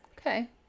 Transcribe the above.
Okay